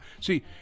See